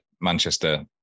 Manchester